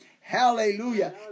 Hallelujah